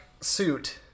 suit